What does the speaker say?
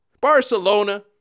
Barcelona